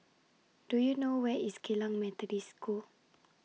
Do YOU know Where IS Geylang Methodist School